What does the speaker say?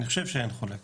אני חושב שאין חולק